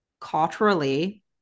culturally